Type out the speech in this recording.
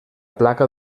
placa